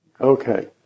Okay